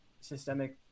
systemic